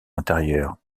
intérieur